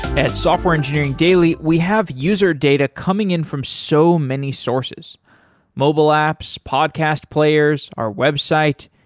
at software engineering daily, we have user data coming in from so many sources mobile apps, podcast players, our website,